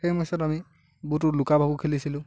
সেই সময়ছোৱাত আমি বহুতো লুকা ভাকু খেলিছিলোঁ